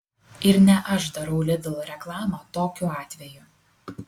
ir ne aš darau lidl reklamą tokiu atveju